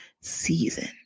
season